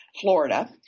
Florida